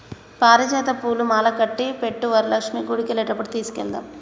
పారిజాత పూలు మాలకట్టి పెట్టు వరలక్ష్మి గుడికెళ్లేటప్పుడు తీసుకెళదాము